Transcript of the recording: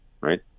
right